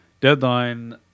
Deadline